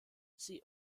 sie